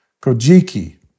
Kojiki